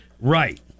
Right